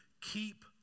Keep